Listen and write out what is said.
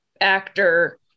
actor